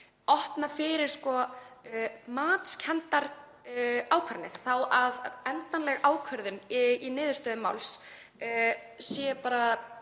opnað fyrir svo matskenndar ákvarðanir þó að endanleg ákvörðun í niðurstöðu máls sé bara